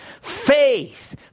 Faith